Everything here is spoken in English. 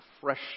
fresh